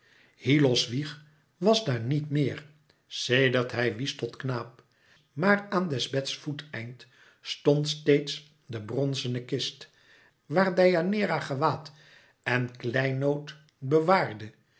hyllos wieg was daar niet meer sedert hij wies tot knaap maar aan des beds voeteind stond steeds de bronzene kist waar deianeira gewaad en kleinood bewaarde